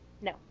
No